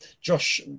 Josh